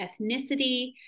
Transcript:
ethnicity